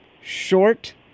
Short